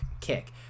kick